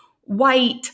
white